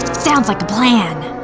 sounds like a plan.